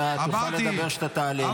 אתה תוכל לדבר כשתעלה.